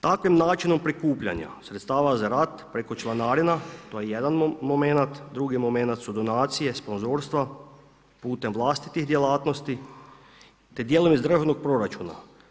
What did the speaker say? Takvim načinom prikupljanja sredstava za rad preko članarina, to je jedan momenat, drugi momenat su donacije, sponzorstva putem vlastitih djelatnosti, te dijelom iz državnog proračuna.